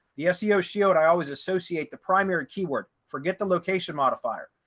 the seo shield, i always associate the primary keyword forget the location modifier.